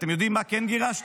אתם יודעים מה כן גירשתם?